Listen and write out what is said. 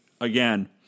again